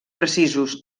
precisos